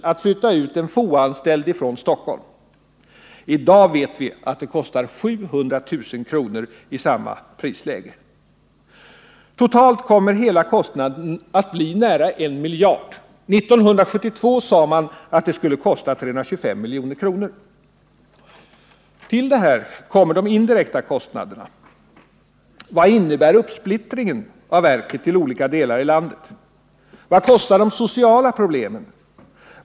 i 1979 års prisläge att flytta ut en FOA-anställd. I dag vet vi att det kostar 700 000 kr. i samma prisläge. Totalt kommer hela kostnaden att bli nära 1 miljard. 1972 beräknades de totala kostnaderna till 325 milj.kr. Till detta kommer de indirekta kostnaderna. Vad innebär uppsplittringen av verket till olika delar av landet? Vad kostar de sociala problemen?